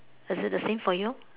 is it the same for you